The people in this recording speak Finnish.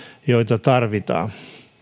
joita tarvitaan